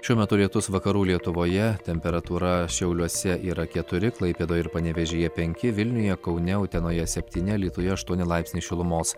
šiuo metu lietus vakarų lietuvoje temperatūra šiauliuose yra keturi klaipėdoj ir panevėžyje penki vilniuje kaune utenoje septyni alytuje aštuoni laipsniai šilumos